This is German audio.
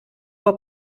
vor